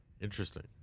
Interesting